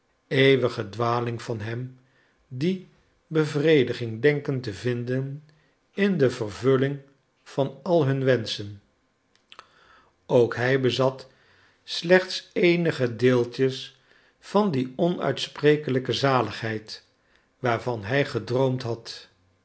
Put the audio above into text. eeuwige dwaling van hen die bevrediging denken te vinden in de vervulling van al hun wenschen ook hij bezat slechts eenige deeltjes van die onuitsprekelijke zaligheid waarvan hij gedroomd had